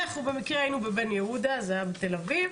אנחנו במקרה היינו בבן יהודה, זה היה בתל אביב.